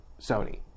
Sony